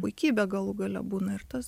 puikybe galų gale būna ir tas